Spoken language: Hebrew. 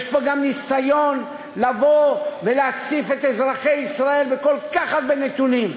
יש פה גם ניסיון לבוא ולהציף את אזרחי ישראל בכל כך הרבה נתונים.